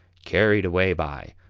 carried away by,